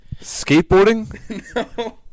Skateboarding